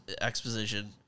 exposition